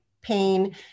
Pain